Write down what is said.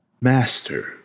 Master